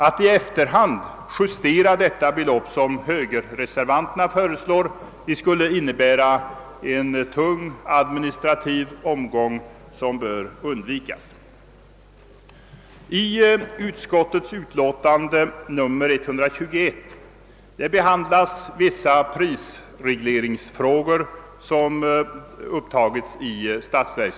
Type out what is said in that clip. Om man, som högerreservanterna föreslår, i efterhand justerar detta belopp, skulle det medföra en tung administrativ omgång, något som bör undvikas. I statsutskottets utlåtande nr 121 behandlas Kungl. Maj:ts förslag om anslag till prisreglering.